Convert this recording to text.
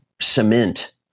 cement